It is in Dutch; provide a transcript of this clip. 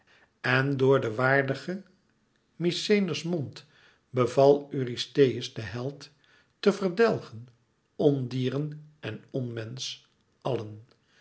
en door der waardige mykenæërs mond beval eurystheus den held te verdelgen ondieren en onmensch allen